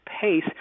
pace